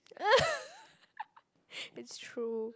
it's true